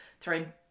throwing